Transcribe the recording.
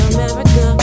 America